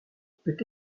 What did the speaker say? peut